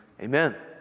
amen